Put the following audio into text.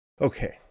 Okay